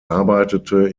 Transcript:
arbeitete